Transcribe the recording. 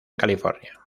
california